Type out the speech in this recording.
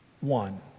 one